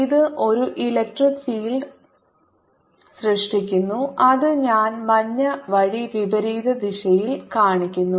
ഇത് ഒരു electric field സൃഷ്ടിക്കുന്നു അത് ഞാൻ മഞ്ഞ വഴി വിപരീത ദിശയിൽ കാണിക്കുന്നു